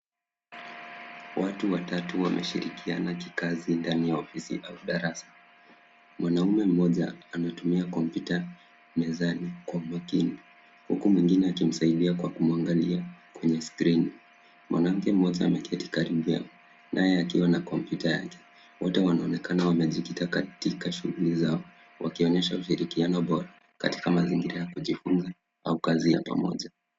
Watu watatu wanashirikiana kikazi ndani ya ofisi au darasa. Mwanamume mmoja anatumia kompyuta mezani kwa makini huku mwengine akimsaidia kwa kumwangalia kwenye skrini. Mwanamke mmoja ameketi karibu yao naye akiwa na kompyuta yake. Wote wanaonekana wamejikita katika shughuli zao wakionyesha ushirikiano bora katika mazingira ya kujifunza au kazi ya pamoja.